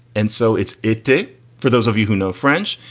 and so it's it did for those of you who know french.